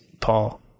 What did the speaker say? Paul